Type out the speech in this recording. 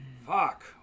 Fuck